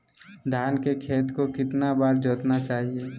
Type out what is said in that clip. धान के खेत को कितना बार जोतना चाहिए?